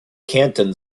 canton